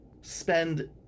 spend